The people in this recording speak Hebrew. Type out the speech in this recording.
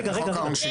זה בחוק העונשין.